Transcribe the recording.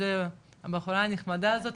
הבחורה הנחמדה הזאת,